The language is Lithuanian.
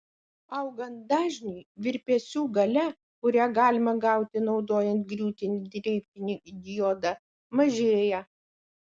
augant dažniui virpesių galia kurią galima gauti naudojant griūtinį dreifinį diodą mažėja